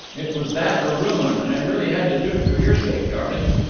it was that or ruin, and i really had to do it for your sake, darling.